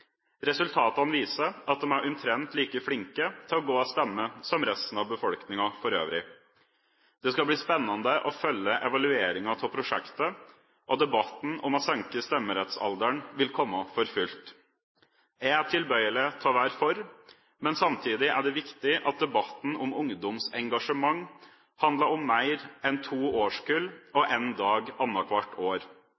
Resultatene viser at de er omtrent like flinke til å gå og stemme som resten av befolkningen. Det skal bli spennende å følge evalueringen av prosjektet, og debatten om å senke stemmerettsalderen vil komme for fullt. Jeg er tilbøyelig til å være for, men samtidig er det viktig at debatten om ungdomsengasjement handler om mer enn to årskull og